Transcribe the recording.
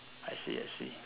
I see I see